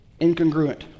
incongruent